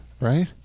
right